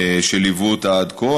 שליוו אותה עד כה.